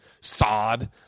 sod